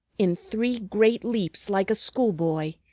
in three great leaps, like a schoolboy,